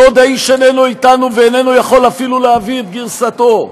בעוד האיש איננו איתנו ואינו יכול אפילו להביא את גרסתו.